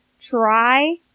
try